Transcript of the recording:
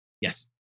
Yes